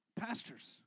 Pastors